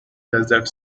desert